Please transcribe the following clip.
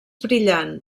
brillant